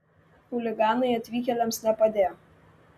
chuliganai atvykėliams nepadėjo